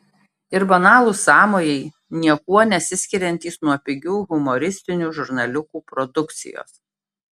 ir banalūs sąmojai niekuo nesiskiriantys nuo pigių humoristinių žurnaliukų produkcijos